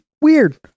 Weird